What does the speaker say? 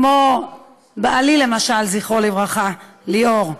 כמו בעלי למשל, זכרו לברכה, ליאור.